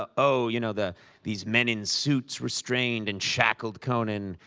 ah oh, you know, the these men in suits restrained and shackled conan.